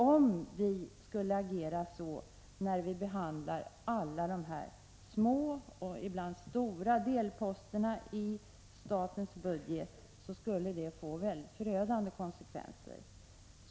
Om vi skulle agera så, Tore Claeson, när vi behandlade alla de här små och ibland stora delposterna i statens budget, skulle det få mycket förödande konsekvenser.